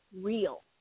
real